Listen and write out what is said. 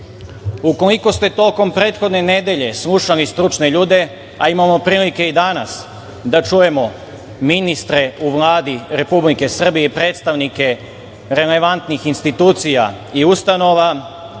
Srbije. Ukoliko ste tokom prethodne nedelje slušali stručne ljude, a imamo prilike i danas da čujemo ministre u Vladi Republike Srbije i predstavnike relevantnih institucija i ustanova